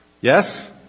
Yes